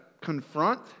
confront